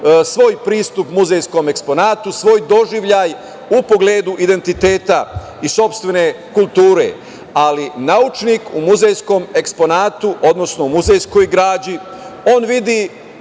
svoj pristup muzejskom eksponatu, svoj doživljaj u pogledu identiteta i sopstvene kulture. Ali naučnik u muzejskom eksponatu, odnosno muzejskoj građi, on vidi,